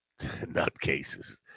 nutcases